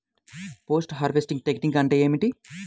Post harvesting technique అంటే ఏమిటీ?